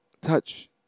touch